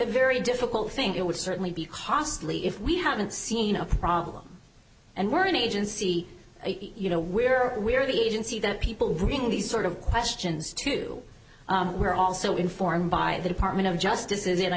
very difficult thing it would certainly be costly if we haven't seen a problem and we're an agency you know we're we are the agency that people bring these sort of questions to we're also informed by the department of justice